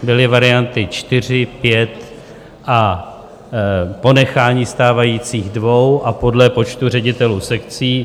Byly varianty čtyři, pět a ponechání stávajících dvou a podle počtu ředitelů sekcí.